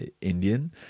indian